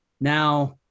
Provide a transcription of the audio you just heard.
Now